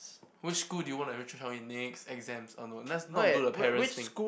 which school do you want to enroll your child in next exams uh no let's not do the parents thing